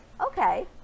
Okay